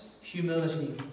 humility